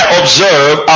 observe